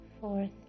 fourth